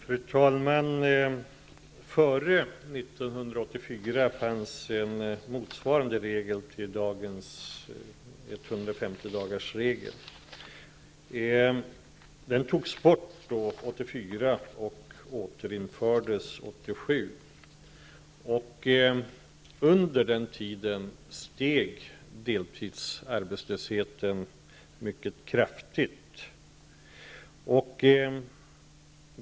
Fru talman! Före 1984 fanns en regel motsvarande dagens 150-dagarsregel. Den togs bort 1984 och återinfördes 1987. Under den tiden steg deltidsarbetslösheten mycket kraftigt.